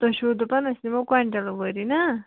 تُہۍ چھُو دَپان أسۍ نِمو کویِنٛٹَل وٲری نا